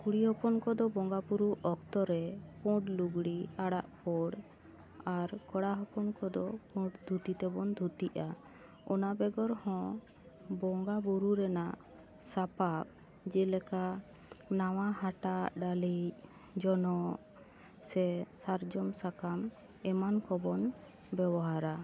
ᱠᱩᱲᱤ ᱦᱚᱯᱚᱱ ᱠᱚᱫᱚ ᱵᱚᱸᱜᱟ ᱵᱩᱨᱩ ᱚᱠᱛᱚ ᱨᱮ ᱯᱩᱸᱰ ᱞᱩᱜᱽᱲᱤᱡ ᱟᱨᱟᱜ ᱯᱩᱬ ᱟᱨ ᱠᱚᱲᱟ ᱦᱚᱯᱚᱱ ᱠᱚᱫᱚ ᱯᱩᱸᱰ ᱫᱷᱩᱛᱤ ᱛᱮᱵᱚᱱ ᱫᱷᱩᱛᱤᱜᱼᱟ ᱚᱱᱟ ᱵᱮᱜᱚᱨ ᱦᱚᱸ ᱵᱚᱸᱜᱟ ᱵᱩᱨᱩ ᱨᱮᱱᱟᱜ ᱥᱟᱯᱟᱵ ᱡᱮᱞᱮᱠᱟ ᱱᱟᱣᱟ ᱦᱟᱴᱟᱜ ᱰᱟᱹᱞᱤᱡ ᱡᱚᱱᱚᱜ ᱥᱮ ᱥᱟᱨᱡᱚᱢ ᱥᱟᱠᱟᱢ ᱮᱢᱟᱱ ᱠᱚᱵᱚᱱ ᱵᱮᱣᱦᱟᱨᱟ